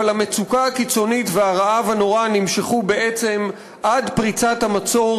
אבל המצוקה הקיצונית והרעב הנורא נמשכו בעצם עד פריצת המצור